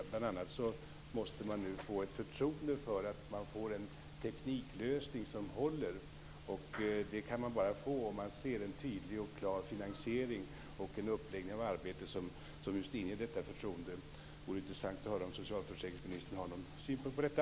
Bl.a. måste man nu få ett förtroende för att man får en tekniklösning som håller. Det kan man bara få om man ser en tydlig och klar finansiering och en uppläggning av arbetet som just inger detta förtroende. Det vore intressant att höra om socialförsäkringsministern har någon synpunkt på detta.